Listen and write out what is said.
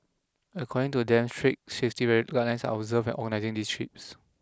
according to them strict safety read guidelines are observed an organising these trips